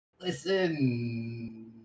Listen